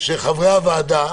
של חברי הוועדה